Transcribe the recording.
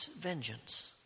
vengeance